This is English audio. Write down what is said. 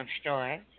store